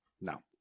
No